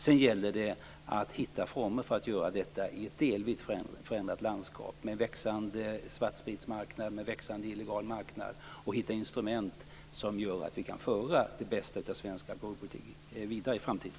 Sedan gäller det att hitta former för att göra detta i ett delvis förändrat landskap, med växande svartspritsmarknad och växande illegal marknad, och hitta instrument som gör att vi kan föra det bästa av svensk alkoholpolitik vidare i framtiden.